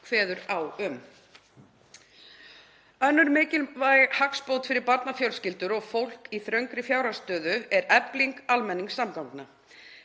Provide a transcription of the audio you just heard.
kveður á um. Önnur mikilvæg hagsbót fyrir barnafjölskyldur og fólk í þröngri fjárhagsstöðu er efling almenningssamgangna